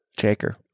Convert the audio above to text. Shaker